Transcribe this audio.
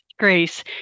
grace